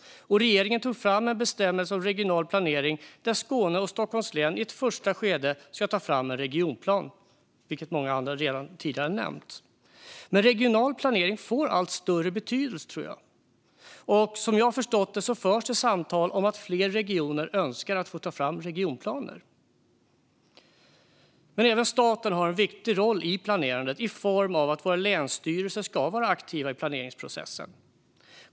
Regeringen tog fram en bestämmelse om regional planering där Skåne län och Stockholms län i ett första skede ska ta fram en regionplan, vilket andra redan har tagit upp här. Jag tror att regional planering får allt större betydelse. Vad jag har förstått förs det samtal om att fler regioner önskar ta fram regionplaner. Även staten har en viktig roll i planerandet genom att våra länsstyrelser ska vara aktiva i planeringsprocessen.